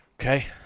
okay